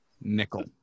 Nickel